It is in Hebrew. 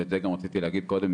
ואת זה גם רציתי לומר קודם,